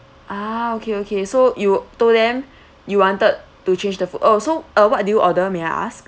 ah okay okay so you told them you wanted to change the food uh so uh what do you order may I ask